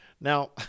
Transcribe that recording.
Now